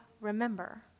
remember